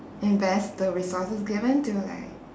invest the resources given to like